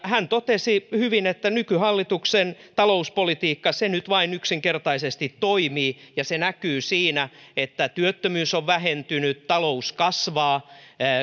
hän totesi hyvin että nykyhallituksen talouspolitiikka se nyt vain yksinkertaisesti toimii se näkyy siinä että työttömyys on vähentynyt talous kasvaa